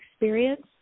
experience